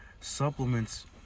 supplements